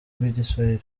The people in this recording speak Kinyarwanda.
rw’igiswahili